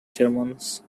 germans